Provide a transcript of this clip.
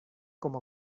como